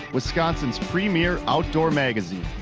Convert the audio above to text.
wisconsin's premiere outdoor magazine!